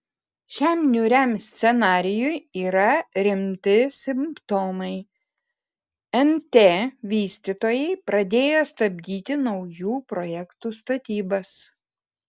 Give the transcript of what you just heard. šiam niūriam scenarijui yra rimti simptomai nt vystytojai pradėjo stabdyti naujų projektų statybas